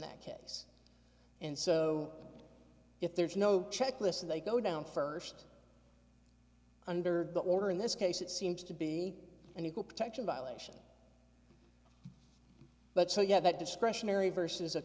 that case and so if there's no checklist they go down first under the order in this case it seems to be an equal protection violation but so you have that discretionary versus a